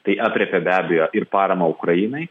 tai aprėpia be abejo ir paramą ukrainai